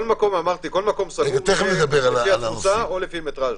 כל מקום סגור - לפי תפוסה או לפי מטראז'.